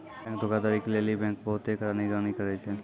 bank धोखाधड़ी के लेली बैंक बहुते कड़ा निगरानी करै छै